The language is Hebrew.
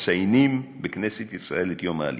מציינים בכנסת ישראל את יום העלייה.